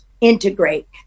integrate